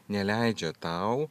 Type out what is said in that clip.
neleidžia tau